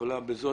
זאת